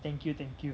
thank you thank you